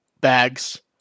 bags